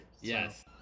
yes